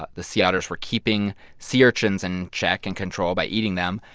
ah the sea otters were keeping sea urchins in check, in control, by eating them.